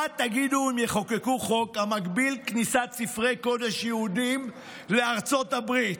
מה תגידו אם יחוקקו חוק המגביל כניסת ספרי קודש יהודיים לארצות הברית,